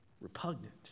repugnant